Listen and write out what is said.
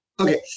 Okay